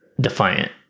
Defiant